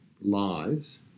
lies